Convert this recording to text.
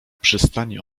przystani